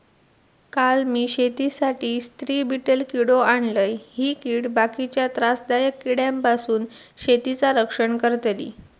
काल मी शेतीसाठी स्त्री बीटल किडो आणलय, ही कीड बाकीच्या त्रासदायक किड्यांपासून शेतीचा रक्षण करतली